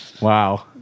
Wow